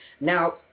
Now